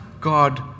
God